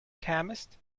chemist